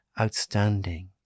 outstanding